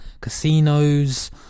casinos